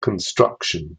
construction